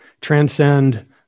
transcend